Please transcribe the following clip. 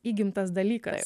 įgimtas dalykas